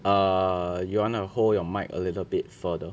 err you wanna hold your mic a little bit further